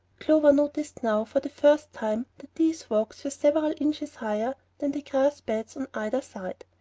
clover noticed now, for the first time, that these walks were several inches higher than the grass-beds on either side.